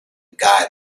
guy